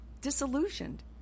disillusioned